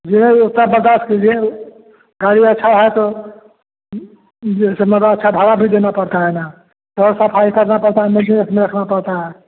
यह है उतना बर्दाश्त कीजिए गाड़ी अच्छी है तो यह सब मतलब अच्छा भाड़ा भी देना पड़ता है ना रोज़ सफ़ाई करना पड़ता है मेंटेनेन्स भी रखना पड़ता है